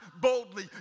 boldly